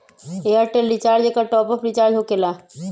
Airtel recharge एकर top off recharge होकेला?